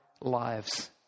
lives